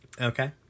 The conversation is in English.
Okay